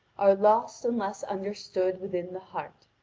are lost unless understood within the heart.